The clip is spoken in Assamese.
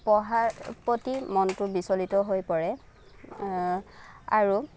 পঢ়াৰ প্ৰতি মনটো বিচলিত হৈ পৰে আৰু